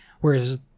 whereas